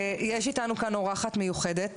יש איתנו כאן אורחת מיוחדת